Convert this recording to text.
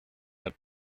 had